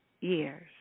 years